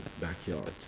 backyard